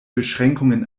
beschränkungen